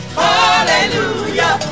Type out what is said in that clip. hallelujah